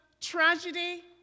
tragedy